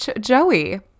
Joey